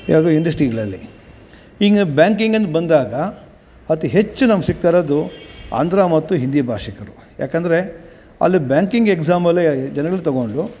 ಯಾವುದೆ ಇಂಡಸ್ಟ್ರಿಗಳಲ್ಲಿ ಹೀಗೆ ಬ್ಯಾಂಕಿಂಗ್ ಅಂತ ಬಂದಾಗ ಅತಿ ಹೆಚ್ಚು ನಮ್ಗೆ ಸಿಗ್ತಾ ಇರೋದು ಆಂಧ್ರ ಮತ್ತು ಹಿಂದಿ ಭಾಷಿಕರು ಯಾಕಂದರೆ ಅಲ್ಲಿ ಬ್ಯಾಂಕಿಂಗ್ ಎಕ್ಸಾಮಲ್ಲಿ ಜನಗಳ್ನ ತೊಗೊಂಡು